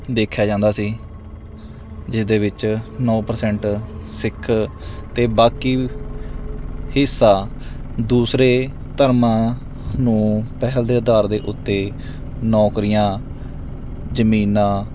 ਦੇਖਿਆ ਜਾਂਦਾ ਸੀ ਜਿਸਦੇ ਵਿੱਚ ਨੌਂ ਪਰਸੈਂਟ ਸਿੱਖ ਅਤੇ ਬਾਕੀ ਹਿੱਸਾ ਦੂਸਰੇ ਧਰਮਾਂ ਨੂੰ ਪਹਿਲ ਦੇ ਅਧਾਰ ਦੇ ਉੱਤੇ ਨੌਕਰੀਆਂ ਜ਼ਮੀਨਾਂ